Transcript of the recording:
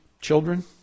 children